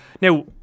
Now